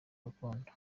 urukundo